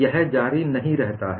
यह जारी नही रहता है